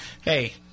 hey